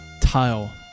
tile